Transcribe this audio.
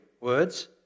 words